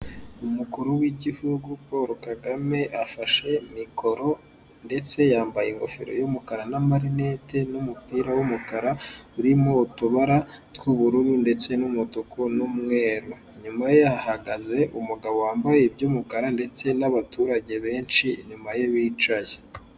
Umukuru w'igihugu Polo Kagame afashe mikoro ndetse yambaye ingofero y'umukara n'amarinete n'umupira w'umukara, urimo utubara tw'ubururu ndetse n'umutuku n'umweru. Inyuma ye hahagaze umugabo wambaye iby'umukara, ndetse n'abaturage benshi inyuma ye bicaye.